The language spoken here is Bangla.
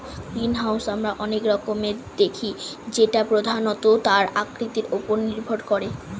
গ্রিনহাউস আমরা অনেক রকমের দেখি যেটা প্রধানত তার আকৃতির ওপর নির্ভর করে